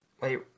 Wait